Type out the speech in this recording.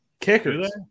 Kickers